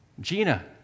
Gina